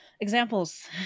examples